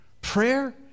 Prayer